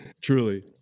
Truly